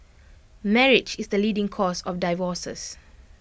marriage is the leading cause of divorces